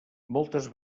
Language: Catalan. moltes